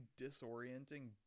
disorienting –